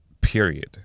period